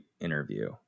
interview